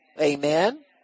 Amen